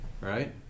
right